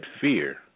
fear